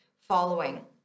following